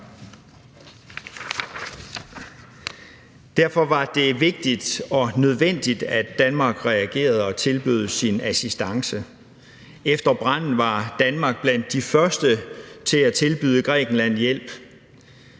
Derfor var det vigtigt og nødvendigt, at Danmark reagerede og tilbød sin assistance. Efter branden var Danmark blandt de første til at tilbyde Grækenland hjælp.